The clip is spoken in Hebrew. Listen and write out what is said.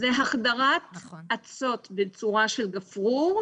זה החדרת אצות בצורה של גפרור,